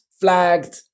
flagged